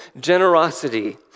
generosity